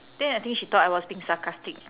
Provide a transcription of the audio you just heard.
then I think she thought I was being sarcastic